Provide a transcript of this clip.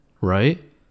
right